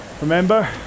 Remember